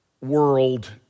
world